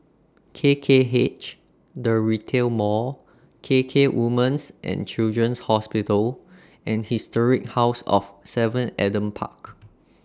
K K H The Retail Mall K K Women's and Children's Hospital and Historic House of seven Adam Park